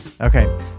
Okay